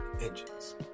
engines